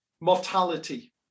mortality